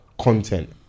content